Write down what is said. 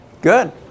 Good